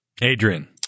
Adrian